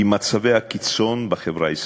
עם מצבי הקיצון בחברה הישראלית.